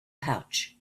pouch